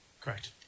Correct